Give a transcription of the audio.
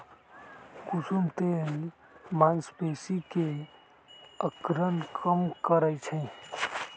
कुसुम तेल मांसपेशी के अकड़न कम करई छई